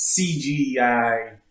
CGI